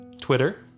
Twitter